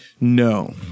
No